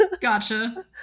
Gotcha